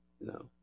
No